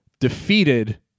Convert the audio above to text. defeated